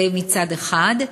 זה מצד אחד,